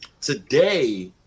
today